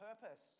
purpose